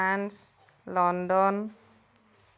France London